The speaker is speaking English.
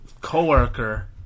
co-worker